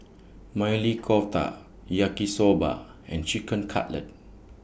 Maili Kofta Yaki Soba and Chicken Cutlet